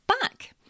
back